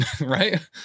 Right